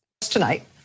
tonight